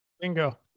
Bingo